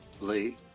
Lee